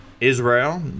Israel